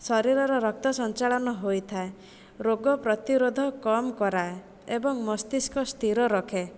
ଶରୀରର ରକ୍ତ ସଞ୍ଚାଳନ ହୋଇଥାଏ ରୋଗପ୍ରତିରୋଧ କମ୍ କରାଏ ଏବଂ ମସ୍ତିଷ୍କ ସ୍ଥିର ରଖେ